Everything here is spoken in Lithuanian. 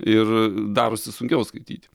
ir darosi sunkiau skaityti